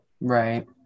right